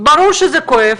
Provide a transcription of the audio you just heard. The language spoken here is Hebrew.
ברור שזה כואב,